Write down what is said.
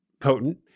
potent